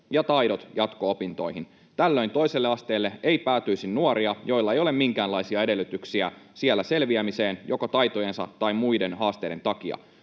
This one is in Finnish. ja ‑taidot jatko-opintoihin. Tällöin toiselle asteelle ei päätyisi nuoria, joilla ei ole minkäänlaisia edellytyksiä siellä selviämiseen joko taitojensa tai muiden haasteiden takia.